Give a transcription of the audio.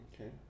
okay